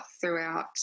throughout